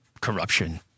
corruption